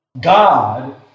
God